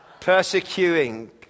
Persecuting